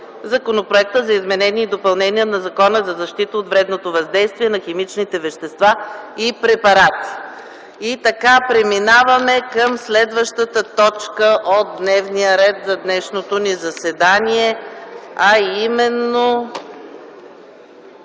Законопроектът за изменение и допълнение на Закона за защита от вредното въздействие на химичните вещества и препарати. Преминаваме към следващата точка от дневния ред за днешното ни заседание, а именно: